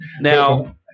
Now